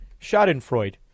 schadenfreude